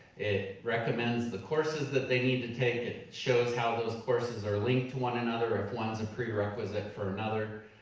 it recommends the courses that they need to take, it shows how those courses are linked to one another, if one's a and prerequisite for another.